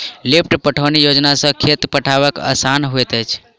lift पटौनी योजना सॅ खेत पटायब आसान होइत अछि